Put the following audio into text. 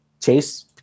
chase